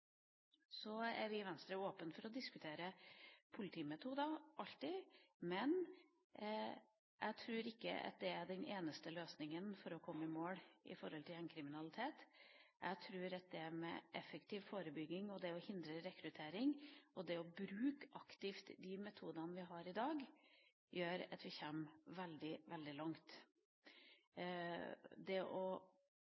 Så er vi i Venstre alltid åpne for å diskutere politimetoder. Men jeg tror ikke at det er den eneste løsninga for å komme i mål når det gjelder gjengkriminalitet. Jeg tror at effektiv forebygging og å hindre rekruttering – det aktivt å bruke de metodene vi har i dag – gjør at vi kommer veldig langt.